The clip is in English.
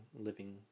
living